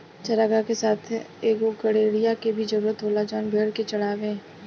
चारागाह के साथ एगो गड़ेड़िया के भी जरूरत होला जवन भेड़ के चढ़ावे